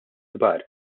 kbar